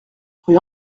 rue